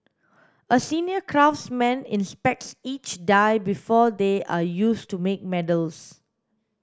a senior craftsman inspects each die before they are used to make medals